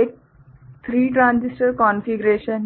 एक 3 transistor configuration है